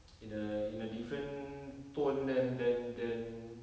in a in a different tone than than than